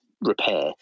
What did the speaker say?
repair